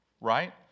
right